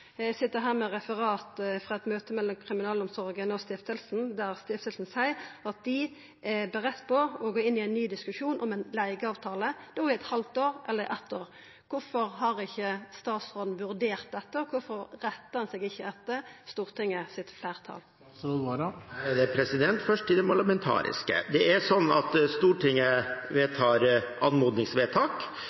Eg sit her med eit referat frå eit møte mellom kriminalomsorga og stiftelsen, der stiftelsen seier at dei er klare til å gå inn i ein ny diskusjon om ein leigeavtale på eit halvt eller eitt år. Kvifor har ikkje statsråden vurdert dette? Kvifor rettar han seg ikkje etter stortingsfleirtalet? Først til det parlamentariske. Det er slik at Stortinget fatter anmodningsvedtak.